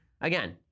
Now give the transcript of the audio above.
Again